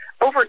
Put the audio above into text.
over